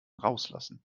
rauslassen